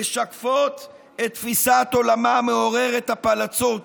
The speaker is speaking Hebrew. משקף את תפיסת עולמה מעוררת הפלצות,